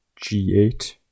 G8